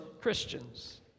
Christians